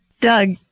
Doug